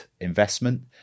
investment